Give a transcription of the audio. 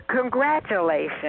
congratulations